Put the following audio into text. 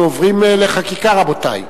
אנחנו עוברים לחקיקה, רבותי.